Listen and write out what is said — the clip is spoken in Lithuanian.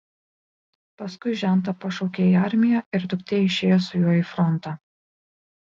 paskui žentą pašaukė į armiją ir duktė išėjo su juo į frontą